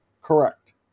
Correct